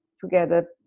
together